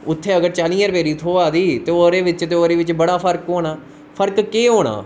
उत्थै अगर चालियें रपेऽ दी थोआ दी ते उदे बिच्च ते उ'दे च बड़ा फर्क होना फर्क केह् होना